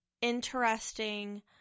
Interesting